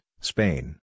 Spain